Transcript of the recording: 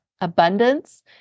abundance